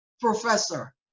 professor